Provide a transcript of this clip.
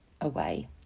away